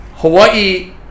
Hawaii